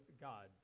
God